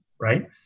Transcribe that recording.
right